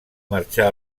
marxar